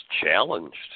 challenged